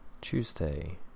Tuesday